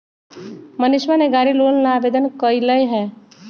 मनीषवा ने गाड़ी लोन ला आवेदन कई लय है